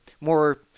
more